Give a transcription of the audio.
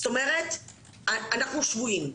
זאת אומרת שאנחנו שבויים.